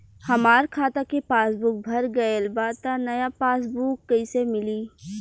हमार खाता के पासबूक भर गएल बा त नया पासबूक कइसे मिली?